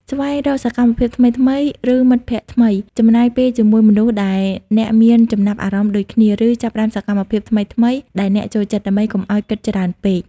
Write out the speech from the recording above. ស្វែងរកសកម្មភាពថ្មីៗ ឬមិត្តភក្តិថ្មី ចំណាយពេលជាមួយមនុស្សដែលអ្នកមានចំណាប់អារម្មណ៍ដូចគ្នា ឬចាប់ផ្តើមសកម្មភាពថ្មីៗដែលអ្នកចូលចិត្ត ដើម្បីកុំឲ្យគិតច្រើនពេក។